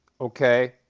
okay